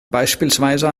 beispielsweise